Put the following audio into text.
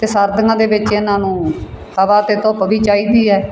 ਅਤੇ ਸਰਦੀਆਂ ਦੇ ਵਿੱਚ ਇਹਨਾਂ ਨੂੰ ਹਵਾ ਅਤੇ ਧੁੱਪ ਵੀ ਚਾਹੀਦੀ ਹੈ